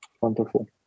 wonderful